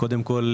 קודם כול,